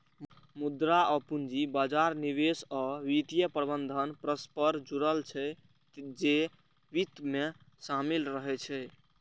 मुद्रा आ पूंजी बाजार, निवेश आ वित्तीय प्रबंधन परस्पर जुड़ल छै, जे वित्त मे शामिल रहै छै